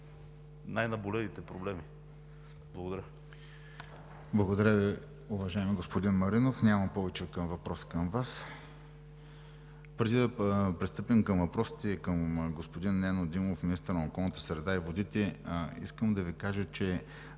най-наболелите проблеми. Благодаря. ПРЕДСЕДАТЕЛ ВЕСЕЛИН МАРЕШКИ: Благодаря Ви, уважаеми господин Маринов. Няма повече въпроси към Вас. Преди да пристъпим към въпросите към господин Нено Димов – министър на околната среда и водите, искам да Ви кажа, че